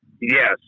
Yes